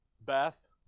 Beth